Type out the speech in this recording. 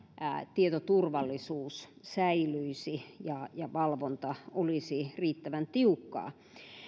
tietoturvallisuus säilyisi ja ja valvonta olisi riittävän tiukkaa